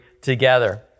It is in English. together